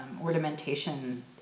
ornamentation